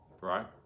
right